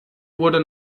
wurde